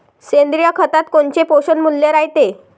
सेंद्रिय खतात कोनचे पोषनमूल्य रायते?